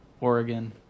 Oregon